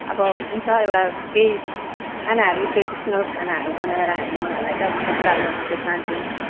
अब हुन्छ एउटा केही खानाहरू ट्रेडिसनल खानाहरू बनाएर हामी उहाँहरूलाई चाहिँ अब सत्कार गर्न चाहिँ चाहन्छौँ